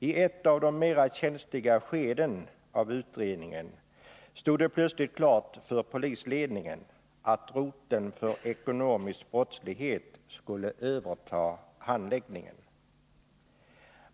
I ett av de mest känsliga skedena av utredningen stod det plötsligt klart för polisledningen att roteln för ekonomisk brottslighet skulle överta handläggningen.